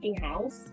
house